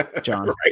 John